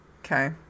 Okay